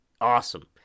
awesome